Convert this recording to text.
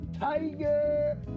Tiger